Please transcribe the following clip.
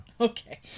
Okay